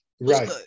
Right